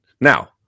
Now